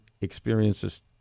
experiences